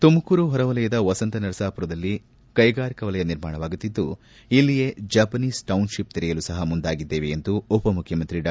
ತುಮಕೂರು ಪೊರವಲಯದ ವಸಂತ ನರಸಾಮರದಲ್ಲಿ ಕೈಗಾರಿಕಾ ವಲಯ ನಿರ್ಮಾಣವಾಗುತ್ತಿದ್ದು ಇಲ್ಲಿಯೇ ಜಪಾನೀಸ್ ಟೌನ್ಶಿಪ್ ತೆರೆಯಲು ಸಹ ಮುಂದಾಗಿದ್ದೇವೆ ಎಂದು ಉಪಮುಖ್ಯಮಂತ್ರಿ ಡಾ